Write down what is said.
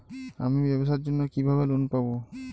আমি ব্যবসার জন্য কিভাবে লোন পাব?